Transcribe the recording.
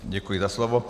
Děkuji za slovo.